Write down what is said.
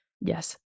Yes